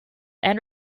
and